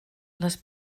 les